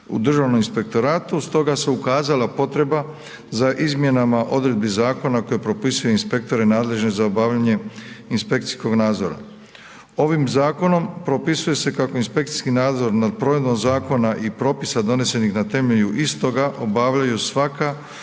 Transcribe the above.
u Državnom inspektoratu, stoga se ukazala potreba za izmjenama odredbi zakona koje propisuje inspektorati nadležni za obavljanje inspekcijskog nadzora. Ovim zakonom propisuje se kako inspekcijski nadzor nad provedbom zakona i propisa donesenih na temelju istoga obavljaju svaka